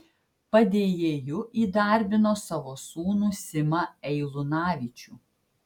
padėjėju įdarbino savo sūnų simą eilunavičių